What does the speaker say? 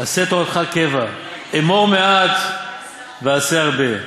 עשה תורתך קבע, אמור מעט ועשה הרבה,